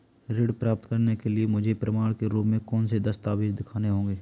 ऋण प्राप्त करने के लिए मुझे प्रमाण के रूप में कौन से दस्तावेज़ दिखाने होंगे?